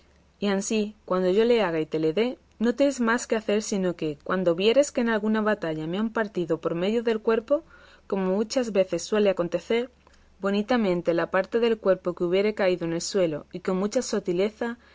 y ansí cuando yo le haga y te le dé no tienes más que hacer sino que cuando vieres que en alguna batalla me han partido por medio del cuerpo como muchas veces suele acontecer bonitamente la parte del cuerpo que hubiere caído en el suelo y con mucha sotileza